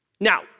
Now